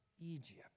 Egypt